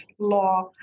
law